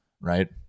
right